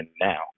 now